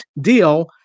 deal